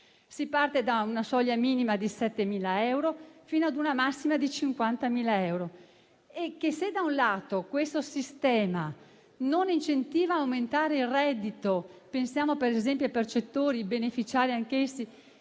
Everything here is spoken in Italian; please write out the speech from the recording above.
si parte da una soglia minima di 7.000 euro fino ad una massima di 50.000 euro. Se, da un lato, questo sistema non incentiva ad aumentare il reddito (pensiamo per esempio ai percettori del reddito di